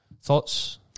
Thoughts